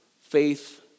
faith